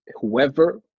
whoever